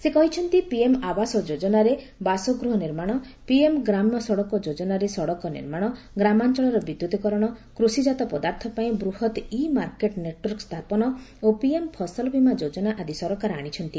ସେ କହିଛନ୍ତି ପିଏମ୍ ଆବାସ ଯୋଜନାରେ ବାସଗୃହ ନିର୍ମାଣ ପିଏମ୍ ଗ୍ରାମ ସଡ଼କ ଯୋଜନାରେ ସଡ଼କ ନିର୍ମାଣ ଗ୍ରାମାଞ୍ଚଳର ବିଦ୍ୟୁତ କରଣ କୃଷିଜାତ ପଦାର୍ଥ ପାଇଁ ବୃହତ୍ ଇ ମାର୍କେଟ୍ ନେଟ୍ୱର୍କ ସ୍ଥାପନ ଓ ପିଏମ୍ ଫସଲବୀମା ଯୋଜନା ଆଦି ସରକାର ଆଶିଛନ୍ତି